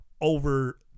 over